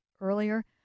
earlier